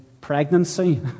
pregnancy